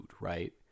right